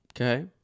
Okay